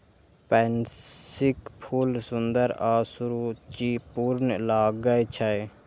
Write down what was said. पैंसीक फूल सुंदर आ सुरुचिपूर्ण लागै छै